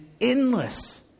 endless